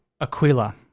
Aquila